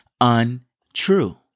untrue